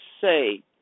say